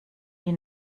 die